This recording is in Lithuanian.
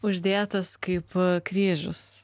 uždėtas kaip kryžius